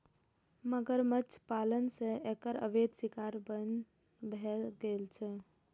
मगरमच्छ पालन सं एकर अवैध शिकार बन्न भए गेल छै